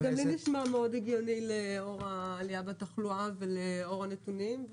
גם לי נשמע מאוד הגיוני לאור העלייה בתחלואה ולאור הנתונים,